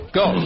go